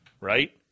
Right